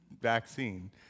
vaccine